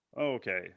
Okay